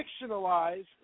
fictionalized